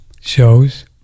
shows